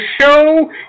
show